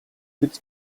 тэд